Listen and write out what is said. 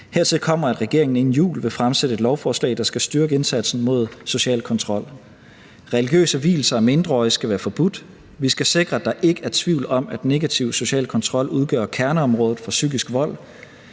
Hertil kommer, at regeringen inden jul vil fremsætte et lovforslag, der skal styrke indsatsen mod social kontrol. Religiøse vielser af mindreårige skal være forbudt. Vi skal sikre, at der ikke er tvivl om, at negativ social kontrol udgør kerneområdet for psykisk vold.